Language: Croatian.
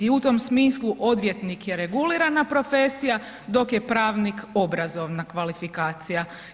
I u tom smislu odvjetnik je regulirana profesija dok je pravnik obrazovna kvalifikacija.